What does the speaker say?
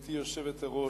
גברתי היושבת-ראש,